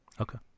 Okay